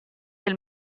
del